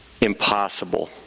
impossible